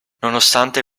nonostante